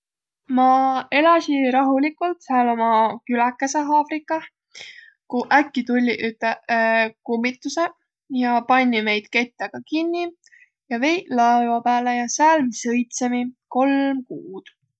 Ma eläsi rahuligult sääl uma küläkeseq Afrikah, ku äki tulliq üteh kummitusõq. Ja panniq meid kettega kinniq ja veiq laiva pääle, ja sääl mi sõitsõmiq kolm kuud.